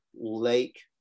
lake